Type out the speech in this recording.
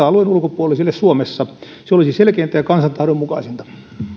alueen ulkopuolisille se olisi selkeintä ja kansan tahdon mukaisinta